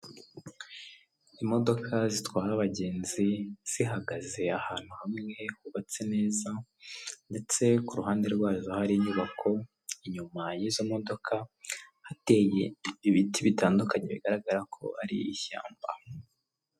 Imodoka zitwara abagenzi zihagaze ahantu hamwe hubatse neza ndetse kuhande rwazo hari inyubako inyuma y'izo modoka hateye ibiti bitandukanye bigaragara ko ari ishyamba.